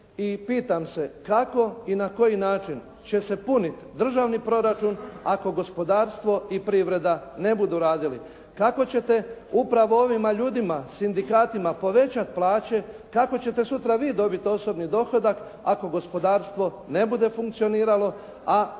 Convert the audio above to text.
pitam se kako i na koji način će se puniti državni proračun ako gospodarstvo i privreda ne budu radili. Kako ćete upravo ovim ljudima, sindikatima povećati plaće, kako ćete sutra vi dobiti osobni dohodak ako gospodarstvo ne bude funkcioniralo a rečeno